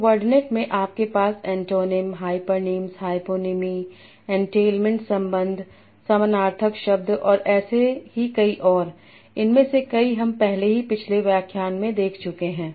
तो वर्डनेट में आपके पास एंटोनिम हाइपरनीम्स हाईपोनीमी एंटेलमेंट संबंध समानार्थक शब्द और ऐसे ही कई और इनमें से कई हम पहले ही पिछले व्याख्यान में देख चुके हैं